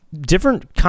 different